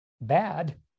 bad